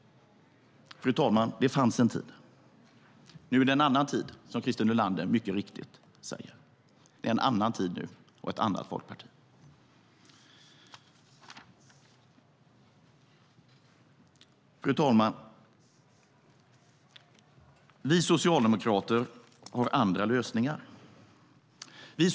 Fru talman! Det fanns en tid. Nu är det en annan tid, som Christer Nylander mycket riktigt säger. Det är en annan tid nu och ett annat folkparti. Fru talman! Vi socialdemokrater har andra lösningar.